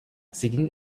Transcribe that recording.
singing